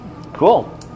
Cool